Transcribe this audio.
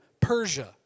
Persia